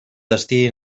destí